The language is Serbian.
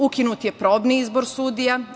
Ukinut je probni izbor sudija.